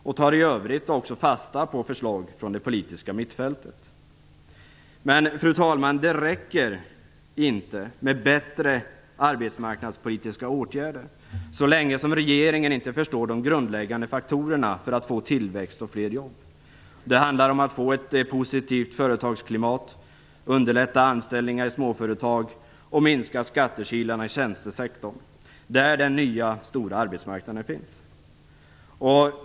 Man tar i övrigt också fasta på förslag från det politiska mittfältet. Men, fru talman, det räcker inte med bättre arbetsmarknadspolitiska åtgärder, så länge som regeringen inte förstår de grundläggande faktorerna för att få tillväxt och fler jobb. Det handlar om att få ett positivt företagsklimat, underlätta anställningar i småföretag och att minska skattekilarna i tjänstesektorn, där den nya stora arbetsmarknaden finns.